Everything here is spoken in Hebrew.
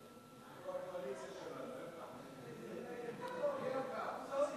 ההצעה לכלול את הנושא בסדר-היום של